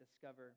discover